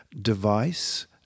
device